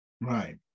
Right